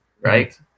right